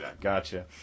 gotcha